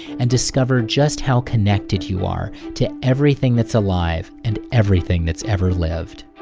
and discover just how connected you are to everything that's alive and everything that's ever lived.